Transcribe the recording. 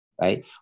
right